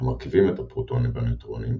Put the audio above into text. המרכיבים את הפרוטונים והנייטרונים,